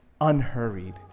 unhurried